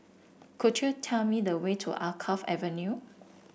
could you tell me the way to Alkaff Avenue